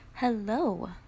Hello